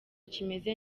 kimeze